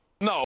No